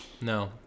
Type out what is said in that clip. No